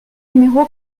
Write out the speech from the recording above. numéro